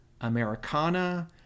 Americana